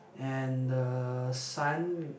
and the son